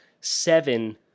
seven